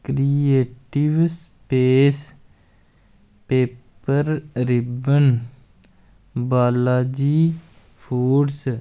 creative space paper ribbon Balaji foods